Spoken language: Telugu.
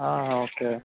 ఆ ఓకే